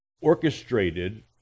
orchestrated